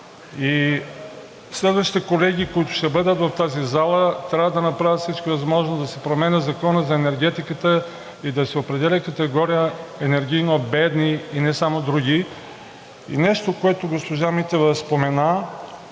следващите колеги, които ще бъдат в тази зала, трябва да направят всичко възможно да се промени Законът за енергетиката и да се определи категория „енергийно бедни“ и не само други. И нещо, което госпожа Митева спомена,